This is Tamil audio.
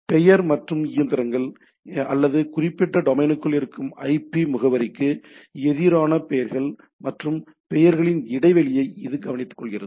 எனவே பெயர் மற்றும் இயந்திரங்கள் அல்லது குறிப்பிட்ட டொமைனுக்குள் இருக்கும் ஐபி முகவரிக்கு எதிரான பெயர்கள் மற்றும் பெயர்களின் இடைவெளியை இது கவனித்துக்கொள்கிறது